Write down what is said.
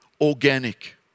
organic